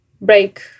break